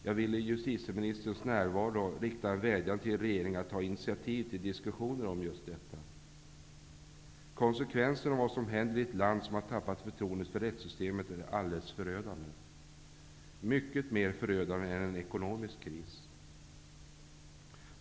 Jag vill i justitieministerns närvaro rikta en vädjan till regeringen att ta initiativ till diskussioner om detta. Konsekvensen av vad som händer i ett land som har tappat förtroendet för rättssystemet är alldeles förödande, mycket mer förödande än en ekonomisk kris.